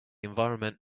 environment